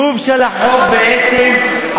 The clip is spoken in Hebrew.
בעצם,